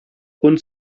und